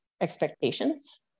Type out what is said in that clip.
expectations